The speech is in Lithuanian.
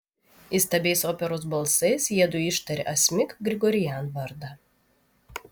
įstabiais operos balsais jiedu ištarė asmik grigorian vardą